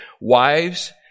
wives